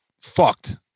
fucked